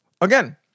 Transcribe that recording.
again